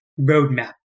roadmap